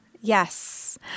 Yes